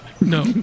No